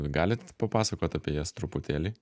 galit papasakot apie jas truputėlį